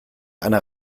ana